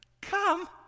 come